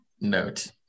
note